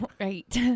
Right